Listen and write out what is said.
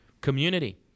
community